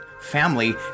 family